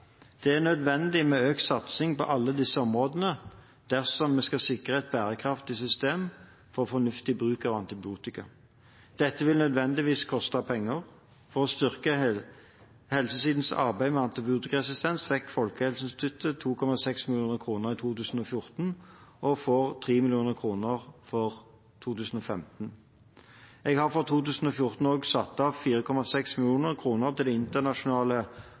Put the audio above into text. Det er nødvendig med økt satsing på alle disse områdene dersom vi skal sikre et bærekraftig system for fornuftig bruk av antibiotika. Dette vil nødvendigvis koste penger. For å styrke helsesidens arbeid med antibiotikaresistens fikk Folkehelseinstituttet 2,6 mill. kr i 2014 og får 3 mill. kr for 2015. Jeg har fra 2014 også satt av 4,6 mill. kr til det internasjonale